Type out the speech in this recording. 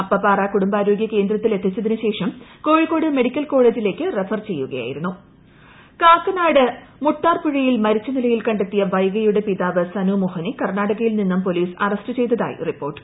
അപ്പപാറ കുടുംബാരോഗ്യ കേന്ദ്രത്തിൽ എത്തിച്ചതിനുശേഷം കോഴിക്കോട് മെഡിക്കൽ കോളേജിലേക്ക് റഫർ ചെയ്യുകയായിരുന്നു വ്യാപക തെരച്ചിൽ കാക്കനാട് മുട്ടാർപുഴയിൽ മരിച്ച് നിലയിൽ കണ്ടെത്തിയ വൈഗയുടെ പിതാവ് സന്നൂമോഹനെ കർണാടകയിൽ നിന്നും പോലീസ് അറസ്റ്റ് ചെയ്ത്തായി റിപ്പോർട്ട്